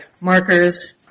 markers